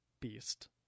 Beast